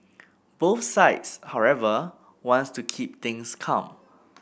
both sides however want to keep things calm